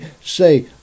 say